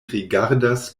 rigardas